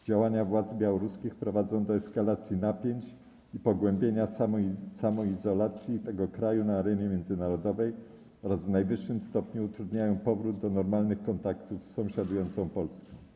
Działania władz białoruskich prowadzą do eskalacji napięć i pogłębienia samoizolacji tego kraju na arenie międzynarodowej oraz w najwyższym stopniu utrudniają powrót do normalnych kontaktów z sąsiadującą Polską.